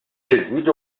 circuit